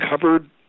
covered